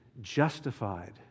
justified